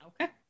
Okay